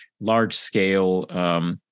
large-scale